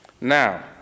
Now